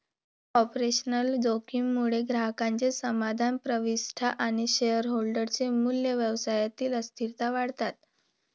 operational जोखीम मुळे ग्राहकांचे समाधान, प्रतिष्ठा आणि शेअरहोल्डर चे मूल्य, व्यवसायातील अस्थिरता वाढतात